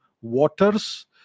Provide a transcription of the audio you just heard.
waters